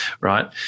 right